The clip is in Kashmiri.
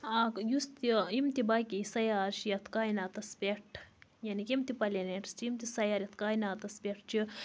یُس تہِ یِم تہِ باقٕے سَیار چھِ یتھ قایناتَس پٮ۪ٹھ یعنی یِم تہِ پٕلینیٚٹس چھِ یِم تہِ سَیار یتھ قایناتَس پٮ۪ٹھ چھِ